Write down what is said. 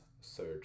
search